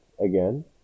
Again